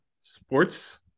sports